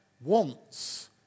wants